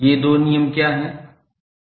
ये दो नियम क्या हैं